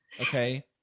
okay